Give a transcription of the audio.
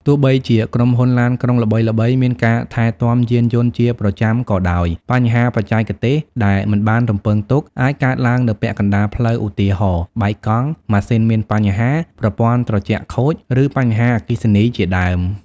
ទោះបីជាក្រុមហ៊ុនឡានក្រុងល្បីៗមានការថែទាំយានយន្តជាប្រចាំក៏ដោយ បញ្ហាបច្ចេកទេសដែលមិនបានរំពឹងទុក អាចកើតឡើងនៅពាក់កណ្តាលផ្លូវឧទាហរណ៍ បែកកង់ ម៉ាស៊ីនមានបញ្ហា ប្រព័ន្ធត្រជាក់ខូច ឬបញ្ហាអគ្គិសនីជាដើម។